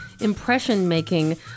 impression-making